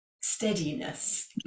steadiness